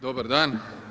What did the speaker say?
Dobar dan.